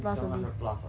seven hundred plus ah